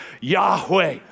Yahweh